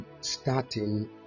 starting